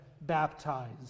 baptized